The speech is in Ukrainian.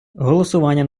голосування